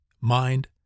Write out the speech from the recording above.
mind